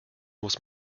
muss